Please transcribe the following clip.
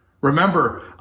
Remember